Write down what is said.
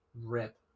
Rip